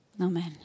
Amen